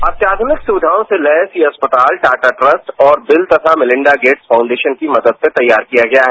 अत्याध्रनिक सुविधाओ से लैस ये अस्पताल टाटा ट्रस्ट और बिल तथा मेलिंडा गेट्स फाउंडेशन की मदद से तैयार किया गया है